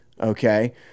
okay